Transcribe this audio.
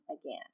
again